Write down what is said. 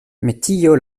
metio